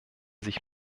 sich